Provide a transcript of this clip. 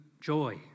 joy